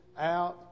out